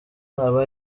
aba